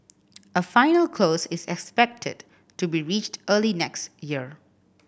a final close is expected to be reached early next year